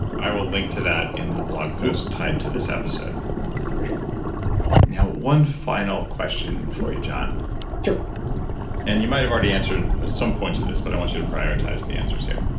i will link to that in the blog piece tied to this episode for sure now, one final question for you, john sure and you might have already answered some points to this but i want you to prioritize the answers here.